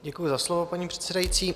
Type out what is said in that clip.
Děkuji za slovo, paní předsedající.